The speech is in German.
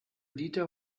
dieter